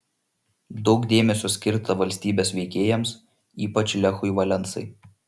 daug dėmesio skirta valstybės veikėjams ypač lechui valensai